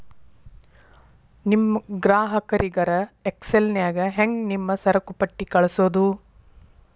ನಿಮ್ ಗ್ರಾಹಕರಿಗರ ಎಕ್ಸೆಲ್ ನ್ಯಾಗ ಹೆಂಗ್ ನಿಮ್ಮ ಸರಕುಪಟ್ಟಿ ಕಳ್ಸೋದು?